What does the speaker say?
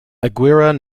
aguirre